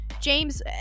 James